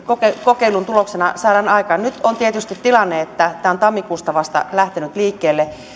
kokeilun tuloksena saadaan aikaan nyt on tietysti tilanne että tämä on vasta tammikuussa lähtenyt liikkeelle